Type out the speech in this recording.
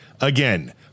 again